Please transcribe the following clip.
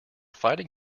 fighting